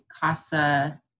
CASA